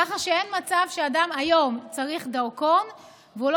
כך שאין מצב שאדם צריך דרכון היום ולא